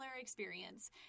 experience